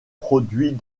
produit